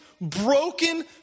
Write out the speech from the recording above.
broken